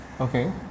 Okay